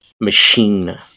machine